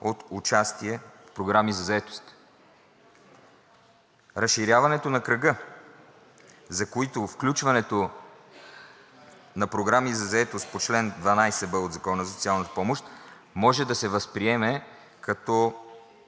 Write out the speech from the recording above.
от участие в програми за заетост. Разширяването на кръга, за които включването на програми за заетост по чл. 12б от Закона за социално подпомагане може да се възприеме като